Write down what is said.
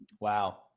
Wow